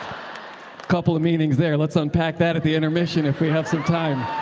couple of meanings there, let's unpack that at the intermission if we have some time.